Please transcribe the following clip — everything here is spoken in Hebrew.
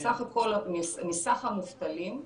סך הכול מסך המובטלים,